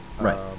Right